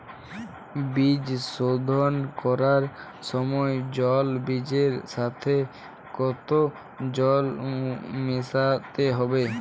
বীজ শোধন করার সময় জল বীজের সাথে কতো জল মেশাতে হবে?